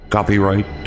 Copyright